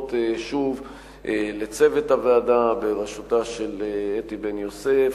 שוב לצוות הוועדה בראשותה של אתי בן-יוסף,